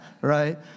right